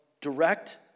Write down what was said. direct